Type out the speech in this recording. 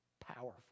Powerful